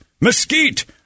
mesquite